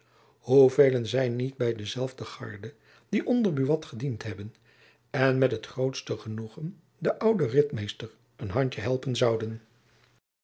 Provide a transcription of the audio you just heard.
hoe velen zijn er niet by diezelfde garde die onder buat gediend hebben en met het grootste genoegen hun ouden ritmeester een handjen helpen zouden